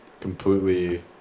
completely